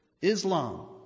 Islam